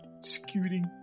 Scooting